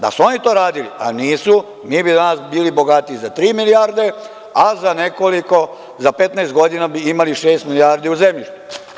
Da su oni to radili, a nisu, mi danas bili bogatiji za tri milijarde, a za 15 godina bi imali šest milijardi u zemljište.